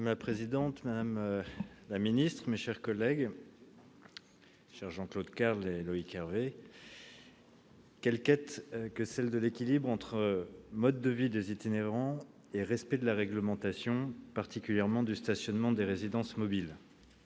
Madame la présidente, madame la ministre, mes chers collègues, chers Jean-Claude Carle et Loïc Hervé, quelle quête que celle de l'équilibre entre mode de vie des itinérants et respect de la réglementation, particulièrement, du stationnement des résidences mobiles !